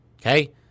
okay